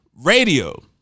radio